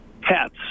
pets